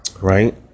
right